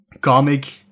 comic